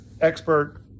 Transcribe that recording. expert